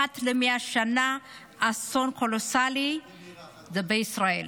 אחת ל-100 שנה, אסון קולוסאלי בישראל.